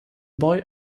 boy